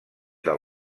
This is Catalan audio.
del